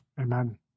Amen